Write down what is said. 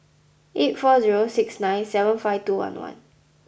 eight four zero six nine seven five two one one